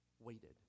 Waited